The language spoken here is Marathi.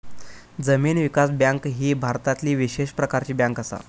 जमीन विकास बँक ही भारतातली विशेष प्रकारची बँक असा